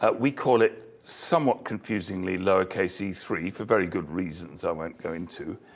but we call it somewhat confusingly lowercase e three for very good reasons i won't go into.